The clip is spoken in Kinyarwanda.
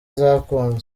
zakunzwe